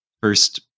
first